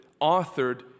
authored